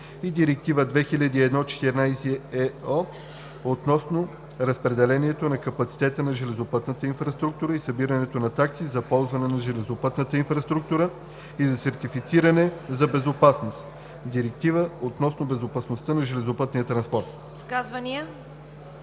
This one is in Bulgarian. Директива 2001/14/ЕО относно разпределяне на капацитета на железопътната инфраструктура и събиране на такси за ползване на железопътната инфраструктура и за сертифициране за безопасност (Директива относно безопасността на железопътния транспорт)“.